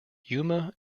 yuma